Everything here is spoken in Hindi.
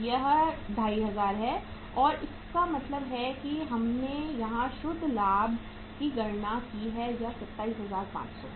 यह 2500 है और इसका मतलब है कि हमने यहां जो शुद्ध लाभ की गणना की है वह 27500 है